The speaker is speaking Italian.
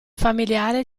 familiare